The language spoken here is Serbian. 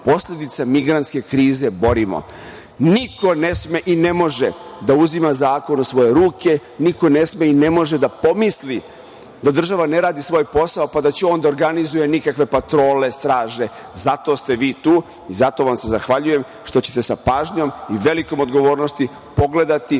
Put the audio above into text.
posledica migrantske krize borimo. Niko ne sme i ne može da uzima zakon u svoje ruke, niko ne sme i ne može da pomisli da država ne radi svoj posao, pa da će on da organizuje nekakve patrole, straže. Zato ste vi tu i zato vam se zahvaljujem što ćete sa pažnjom i velikom odgovornosti pogledati,